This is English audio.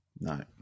No